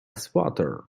swatter